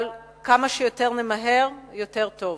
אבל כמה שנמהר יותר, יותר טוב.